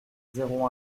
zéro